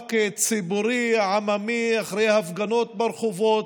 מאבק ציבורי עממי, אחרי הפגנות ברחובות.